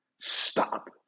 Stop